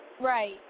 Right